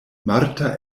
marta